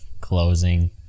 closing